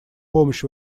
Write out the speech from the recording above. помощь